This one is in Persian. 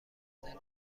بمانیم